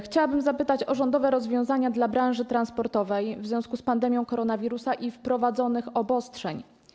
Chciałabym zapytać o rządowe rozwiązania dla branży transportowej w związku z pandemią koronawirusa i wprowadzonymi obostrzeniami.